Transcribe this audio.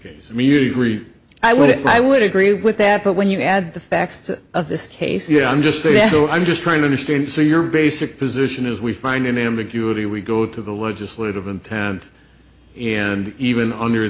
case i mean you three i would if i would agree with that but when you add the facts to of this case yeah i'm just you know i'm just trying to understand so your basic position is we find an ambiguity we go to the legislative intent and even under